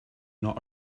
not